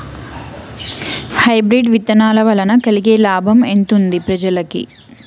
Hybrid విత్తనాల వలన కలిగే లాభం ఎంతుంది ప్రజలకి?